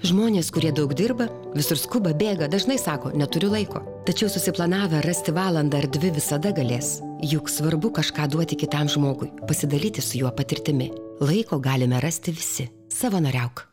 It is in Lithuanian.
žmonės kurie daug dirba visur skuba bėga dažnai sako neturiu laiko tačiau susiplanavę rasti valandą ar dvi visada galės juk svarbu kažką duoti kitam žmogui pasidalyti su juo patirtimi laiko galime rasti visi savanoriauk